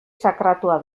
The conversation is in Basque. sakratua